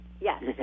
Yes